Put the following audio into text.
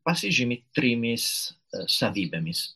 pasižymi trimis savybėmis